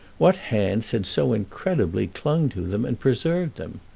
what hands had, so incredibly, clung to them and preserved them?